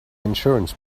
insurance